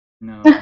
No